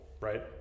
right